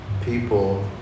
people